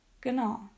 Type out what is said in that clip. Genau